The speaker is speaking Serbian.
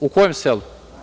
U kojem selu?